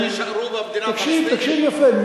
אתה מסכים שיישארו במדינה, תקשיב, תקשיב יפה.